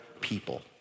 people